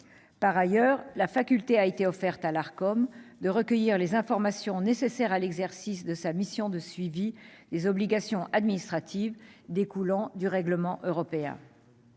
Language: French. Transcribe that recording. Enfin, l'Arcom a été dotée de la faculté de recueillir les informations nécessaires à l'exercice de sa mission de suivi des obligations administratives découlant du règlement européen.